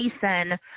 Jason